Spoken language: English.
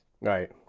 Right